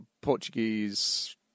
Portuguese